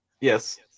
yes